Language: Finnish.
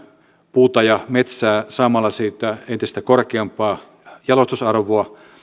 puuta ja metsää saamalla siitä entistä korkeampaa jalostusarvoa